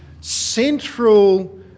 central